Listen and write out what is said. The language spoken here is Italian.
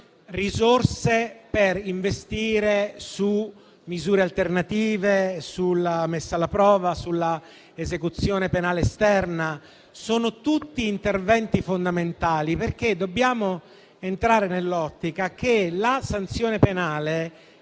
risorse per investire su misure alternative, sulla messa alla prova e sull'esecuzione penale esterna. Sono tutti interventi fondamentali, perché dobbiamo entrare nell'ottica che la sanzione penale